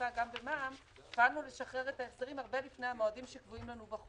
אז נסכם את זה.